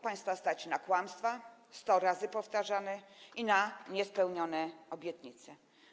Państwa stać na kłamstwa 100 razy powtarzane i na niespełnione obietnice.